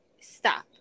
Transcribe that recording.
Stop